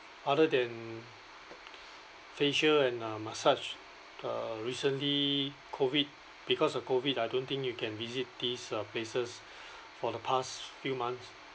other than facial and uh massage uh recently COVID because of COVID I don't think you can visit these uh places for the past few months